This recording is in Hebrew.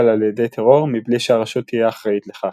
על ידי טרור מבלי שהרשות תהיה אחראית לכך.